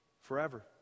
Forever